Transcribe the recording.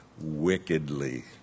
wickedly